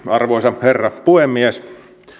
arvoisa herra puhemies